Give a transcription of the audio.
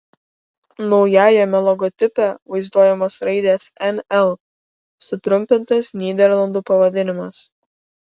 naujajame logotipe vaizduojamos raidės nl sutrumpintas nyderlandų pavadinimas